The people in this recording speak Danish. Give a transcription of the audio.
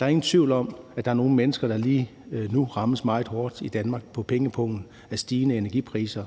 Der er ingen tvivl om, at der er nogle mennesker i Danmark, der lige nu rammes meget hårdt på pengepungen af stigende energipriser.